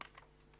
משפט.